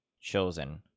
Chosen